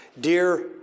dear